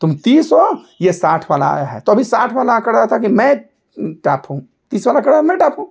तुम तीस हो ये साठ वाला आया है तो अभी साठ वाला अकड़ रहा था कि मैं टॉप हूँ तीस वाला कह रहा मैं टॉप हूँ